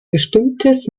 bestimmtes